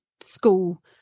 school